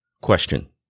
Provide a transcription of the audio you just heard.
Question